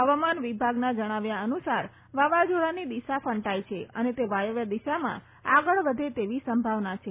હવામાન વિભાગ જણાવ્યા અનુસાર વાવાઝોડાની દિશા ફંટાઈ છે અને તે વાયવ્ય દિશામાં આગળ વધે તેવી સંભાવના છે